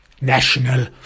national